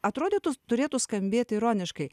atrodytų turėtų skambėt ironiškai